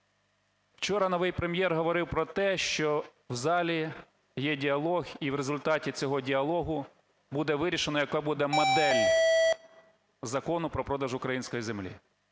Вчора новий Прем’єр говорив про те, що в залі є діалог, і в результаті цього діалогу буде вирішено, яка буде модель Закону про продаж української землі.